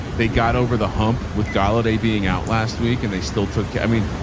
they got over the hump with gala day being out last week and they still took it. i mean,